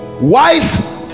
Wife